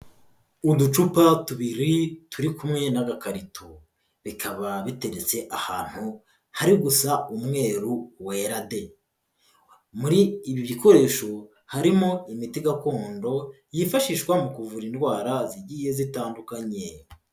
Uducupa tubiri turi kumwe n'agakarito, bikaba biteretse ahantu hari gusa umweru wera de. Muri ibi bikoresho, harimo imiti gakondo, yifashishwa mu kuvura indwara zigiye zitandukanye.